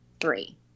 three